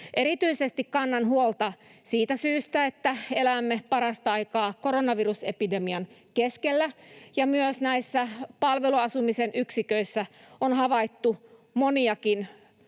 Erityisesti kannan huolta siitä syystä, että elämme parasta aikaa koronavirusepidemian keskellä, ja myös näissä palveluasumisen yksiköissä on havaittu moniakin